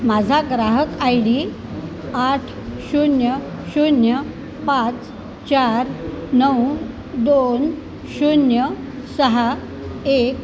माझा ग्राहक I D आठ शून्य शून्य पाच चार नऊ दोन शून्य सहा एक